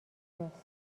کجاست